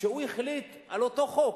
והוא החליט על אותו חוק,